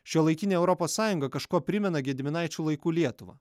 šiuolaikinė europos sąjunga kažkuo primena gediminaičių laikų lietuvą